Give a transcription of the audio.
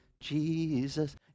Jesus